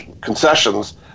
concessions